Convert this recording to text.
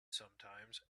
sometimes